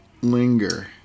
linger